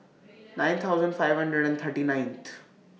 nine thousand five hundred and thirty nineth